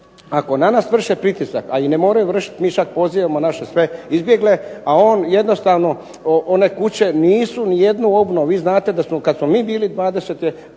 Ako na nas vrše pritisak, a i ne moraju vršit, mi čak pozivamo naše sve izbjegle, a on jednostavno one kuće nisu nijednu obnovu. Vi znate da kad smo mi bili 20